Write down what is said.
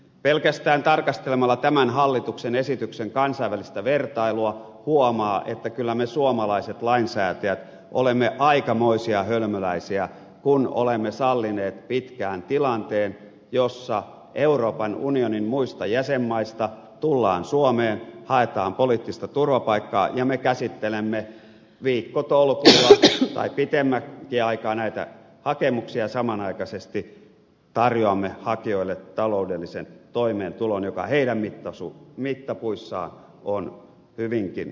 pelkästään tarkastelemalla tämän hallituksen esityksen kansainvälistä vertailua huomaa että kyllä me suomalaiset lainsäätäjät olemme aikamoisia hölmöläisiä kun olemme sallineet pitkään tilanteen jossa euroopan unionin muista jäsenmaista tullaan suomeen haetaan poliittista turvapaikkaa ja me käsittelemme viikkotolkulla tai pidemmänkin aikaa näitä hakemuksia samanaikaisesti tarjoamme hakijoille taloudellisen toimeentulon joka heidän mittapuissaan on hyvinkin riittävä